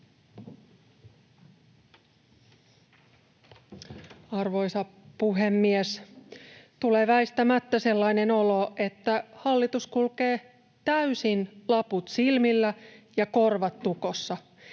Arvoisa puhemies! Tulee väistämättä sellainen olo, että hallitus kulkee täysin laput silmillä ja korvat tukossa.